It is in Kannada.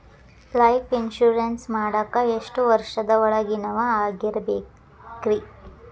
ಲೈಫ್ ಇನ್ಶೂರೆನ್ಸ್ ಮಾಡಾಕ ಎಷ್ಟು ವರ್ಷದ ಒಳಗಿನವರಾಗಿರಬೇಕ್ರಿ?